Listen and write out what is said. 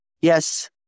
Yes